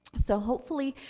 so hopefully,